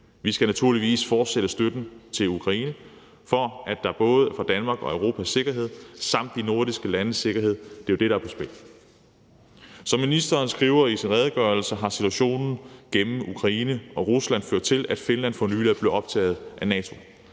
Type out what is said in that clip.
Vi skal naturligvis fortsætte støtten til Ukraine, for det er både Danmarks og Europas sikkerhed samt de nordiske landes sikkerhed, der er på spil. Som ministeren skriver i sin redegørelse, har situationen gennem Ukraine og Rusland ført til, at Finland for nylig er blevet optaget i NATO,